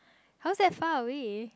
how's that far away